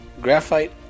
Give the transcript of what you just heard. graphite